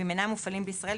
ואם אינם מופעלים בישראל,